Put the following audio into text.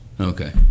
Okay